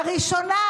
הראשונה